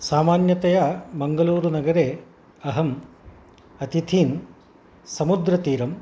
सामान्यतया मङ्गलूरुनगरे अहम् अतिथीन् समुद्रतीरं